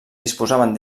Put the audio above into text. disposaven